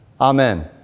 Amen